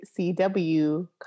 CW